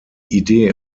idee